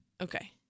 Okay